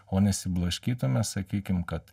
o nesiblaškytume sakykim kad